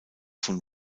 von